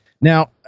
Now